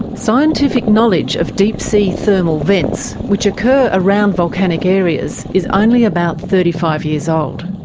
scientific knowledge of deep sea thermal vents, which occur around volcanic areas, is only about thirty five years old.